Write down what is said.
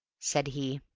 said he.